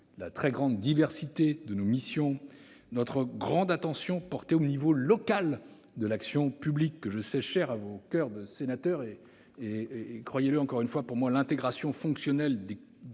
la très grande diversité de nos missions, notre grande attention portée au niveau local de l'action publique, que je sais cher à vos coeurs de sénateurs. À cet égard, croyez bien que l'intégration fonctionnelle de la Cour